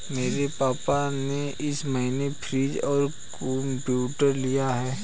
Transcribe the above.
मेरे पापा ने इस महीने फ्रीज और कंप्यूटर लिया है